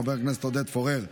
חבר הכנסת עודד פורר,